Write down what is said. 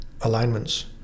alignments